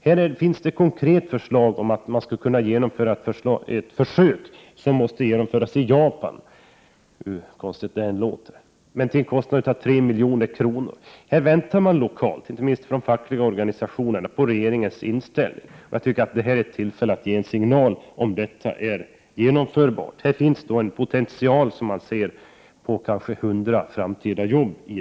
Här finns ett konkret förslag om genomförande av ett försök i Japan — hur konstigt det än låter — till en kostnad av 3 miljoner. Här väntar man lokalt, inte minst från fackliga organisationer, på regeringens ställningstagande. Det här är ett bra tillfälle att ge en signal om man tycker att det är genomförbart. Här finns alltså en potential på kanske 100 framtida jobb.